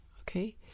Okay